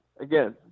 again